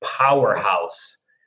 powerhouse